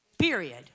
Period